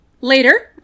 Later